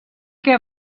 què